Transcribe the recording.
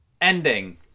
Ending